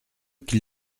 qu’il